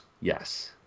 Yes